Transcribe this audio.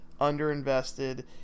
underinvested